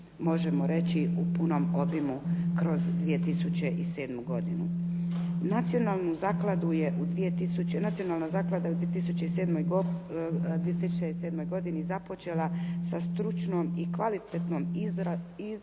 možemo reći u punom obimu kroz 2007. godinu. Nacionalna zaklada je u 2007. godini započela sa stručnom i kvalitetnom izobrazbom